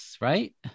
right